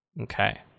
Okay